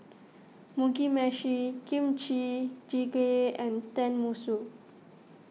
Mugi Meshi Kimchi Jjigae and Tenmusu